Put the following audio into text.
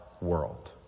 world